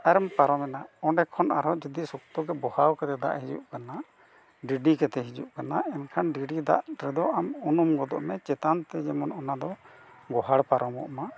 ᱟᱨᱮᱢ ᱯᱟᱨᱚᱢ ᱮᱱᱟ ᱚᱸᱰᱮ ᱠᱷᱚᱱ ᱟᱨᱦᱚᱸ ᱡᱩᱫᱤ ᱥᱚᱠᱛᱚ ᱜᱮ ᱵᱚᱦᱟᱣ ᱠᱟᱛᱮ ᱫᱟᱜ ᱦᱤᱡᱩᱜ ᱠᱟᱱᱟ ᱰᱤᱰᱤ ᱠᱟᱛᱮ ᱦᱤᱡᱩᱜ ᱠᱟᱱᱟ ᱮᱱᱠᱷᱟᱱ ᱰᱤᱰᱤ ᱫᱟᱜ ᱨᱮᱫᱚ ᱟᱢ ᱩᱱᱩᱢ ᱜᱚᱫᱚᱜ ᱢᱮ ᱪᱮᱛᱟᱱ ᱛᱮ ᱡᱮᱢᱚᱱ ᱚᱱᱟ ᱫᱚ ᱵᱚᱦᱟᱲ ᱯᱟᱨᱚᱢᱚᱜ ᱢᱟ